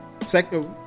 second